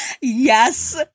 yes